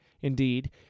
Indeed